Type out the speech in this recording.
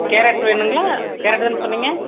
carrot வேணும்ங்களா carrot தானே சொன்னீங்க